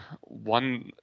one